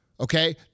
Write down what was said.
Okay